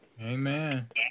Amen